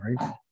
right